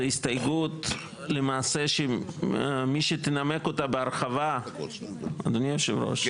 זה הסתייגות למעשה שמי שתנמק אותה בהרחבה אדוני היושב ראש,